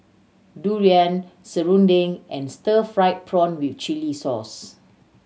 durian serunding and stir fried prawn with chili sauce